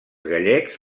gallecs